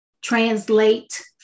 translate